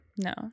No